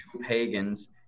pagans